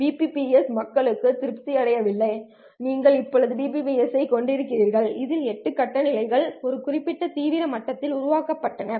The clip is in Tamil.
BPSK மக்களுடன் திருப்தி அடையவில்லை நீங்கள் இப்போது BPSK ஐக் கொண்டுள்ளீர்கள் இதில் 8 கட்ட நிலைகள் ஒரு குறிப்பிட்ட தீவிர மட்டத்தில் உருவாக்கப்படுகின்றன